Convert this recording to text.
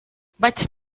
vaig